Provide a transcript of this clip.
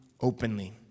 openly